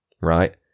right